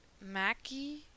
Mackie